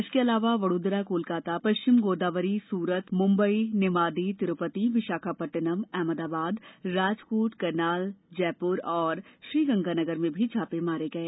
इसके अलावा वडोदरा कोलकाता पश्चिम गोदावरी सूरत मुम्बई निमादी तिरूपति विशाखापट्टनम अहमदाबाद राजकोट करनाल जयपुर और श्रीगंगानगर में मी छापे मारे गए